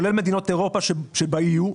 כולל מדינות אירופה שב-EU,